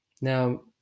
Now